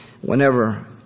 Whenever